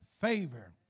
favor